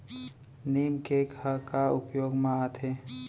नीम cake ह का उपयोग मा आथे?